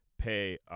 pay